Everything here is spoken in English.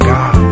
God